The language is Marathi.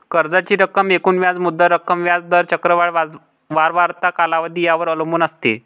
कर्जाची रक्कम एकूण व्याज मुद्दल रक्कम, व्याज दर, चक्रवाढ वारंवारता, कालावधी यावर अवलंबून असते